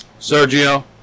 Sergio